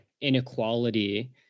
inequality